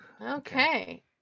Okay